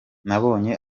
nabonye